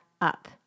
up